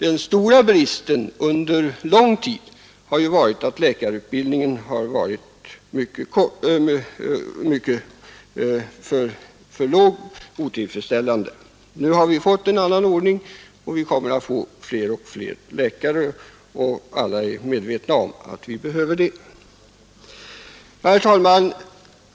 Den stora bristen under lång tid har varit att läkarutbildningen haft för liten omfattning, men nu har vi fått en annan ordning. Vi kommer att få fler och fler läkare, och alla är medvetna om att vi behöver det. Herr talman!